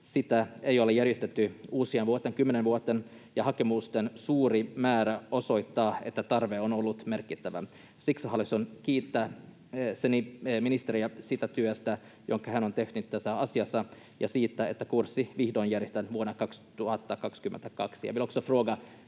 Sitä ei ole järjestetty 10 vuoteen, ja hakemusten suuri määrä osoittaa, että tarve on ollut merkittävä. Siksi hallitus kiittää ministeriä siitä työstä, jonka hän on tehnyt tässä asiassa, ja siitä, että kurssi vihdoin järjestetään vuonna 2020.